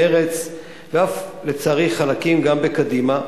מרצ ואף לצערי חלקים בקדימה,